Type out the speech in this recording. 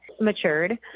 matured